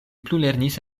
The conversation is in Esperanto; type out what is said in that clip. plulernis